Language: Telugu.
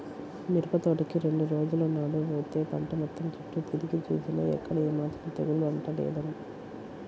మిరపతోటకి రెండు రోజుల నాడు బోతే పంట మొత్తం చుట్టూ తిరిగి జూసినా ఎక్కడా ఏమాత్రం తెగులు అంటలేదు